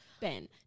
Ben